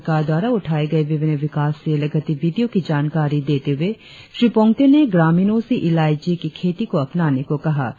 राज्य सरकार द्वारा उठाए गए विभिन्न विकासशील गतिविधियों की जानकारी देते श्री पोंग्ते ने ग्रामीणों से इलायची की खेती को अपनाने को कहा